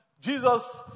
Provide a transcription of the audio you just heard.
Jesus